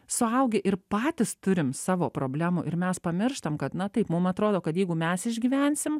suaugę ir patys turim savo problemų ir mes pamirštam kad na taip mum atrodo kad jeigu mes išgyvensim